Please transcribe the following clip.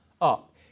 up